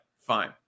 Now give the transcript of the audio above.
Fine